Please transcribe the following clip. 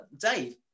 Dave